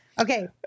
okay